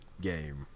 game